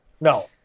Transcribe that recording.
No